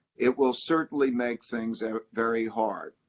it will certainly make things and very hard.